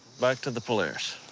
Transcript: back to the polaris,